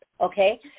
okay